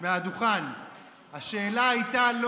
לא, אני שואל שאלה.